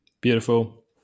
Beautiful